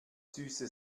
süße